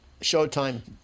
Showtime